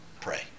pray